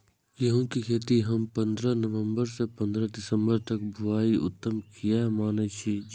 गेहूं के खेती हम पंद्रह नवम्बर से पंद्रह दिसम्बर तक बुआई उत्तम किया माने जी?